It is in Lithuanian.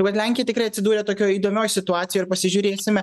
vat lenkija tikrai atsidūrė tokioj įdomioj situacijoj ir pasižiūrėsime